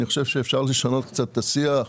אני חושב שאפשר לשנות קצת את השיח.